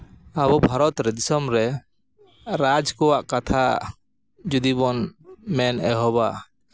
ᱟᱵᱚ ᱵᱷᱟᱨᱚᱛ ᱨᱮ ᱫᱤᱥᱚᱢ ᱨᱮ ᱨᱟᱡᱽ ᱠᱚᱣᱟᱜ ᱠᱟᱛᱷᱟ ᱡᱩᱫᱤ ᱵᱚᱱ ᱢᱮᱱ ᱮᱦᱚᱵᱟ